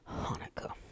Hanukkah